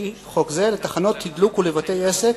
לפי חוק זה, לתחנות תדלוק ולבתי-עסק